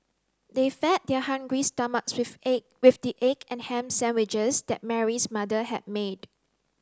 they fed their hungry stomachs with egg with the egg and ham sandwiches that Mary's mother had made